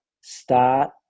start